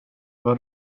var